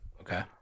Okay